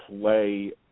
play